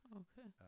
okay